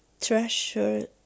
treasure